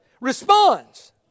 responds